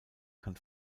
kann